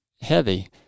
heavy